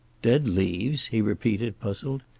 dead leaves? he repeated, puzzled.